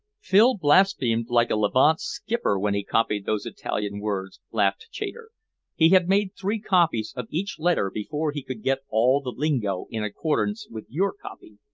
phil blasphemed like a levant skipper when he copied those italian words! laughed chater he had made three copies of each letter before he could get all the lingo in accordance with your copy.